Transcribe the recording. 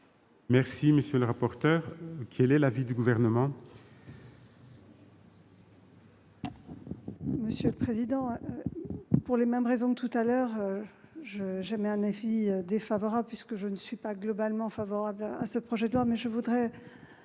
Merci, monsieur le rapporteur ! Quel est l'avis du Gouvernement ?